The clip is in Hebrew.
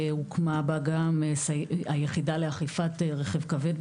וב-2017 הוקמה גם היחידה לאכיפת רכב כבד,